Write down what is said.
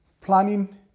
Planning